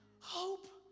Hope